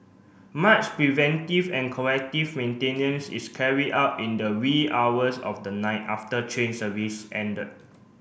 much preventive and corrective maintenance is carried out in the wee hours of the night after train service ended